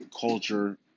culture